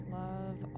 love